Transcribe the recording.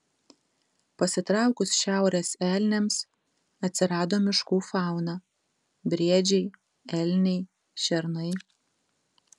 pasitraukus šiaurės elniams atsirado miškų fauna briedžiai elniai šernai